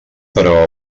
però